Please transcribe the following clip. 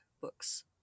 books